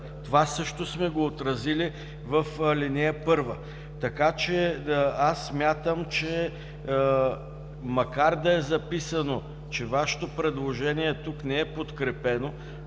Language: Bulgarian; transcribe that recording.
това също сме го отразили в ал. 1. Аз смятам, че макар да е записано, че Вашето предложение тук не е подкрепено,